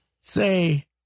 say